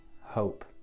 hope